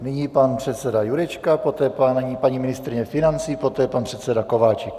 Nyní pan předseda Jurečka, poté paní ministryně financí, poté pan předseda Kováčik.